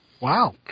Wow